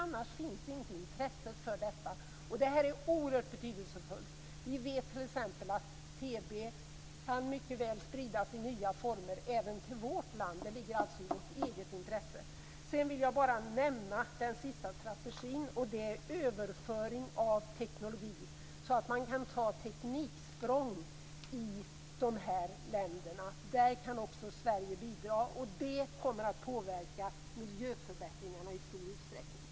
Annars finns inte intresset för detta. Det är oerhört betydelsefullt. Vi vet t.ex. att TBC mycket väl kan spridas i nya former även till vårt land. Det ligger alltså i vårt eget intresse. Sedan vill jag bara nämna den sista strategin. Det är överföring av teknologi så att man kan ta tekniksprång i dessa länder. Där kan också Sverige bidra. Det kommer att påverka miljöförbättringarna i stor utsträckning.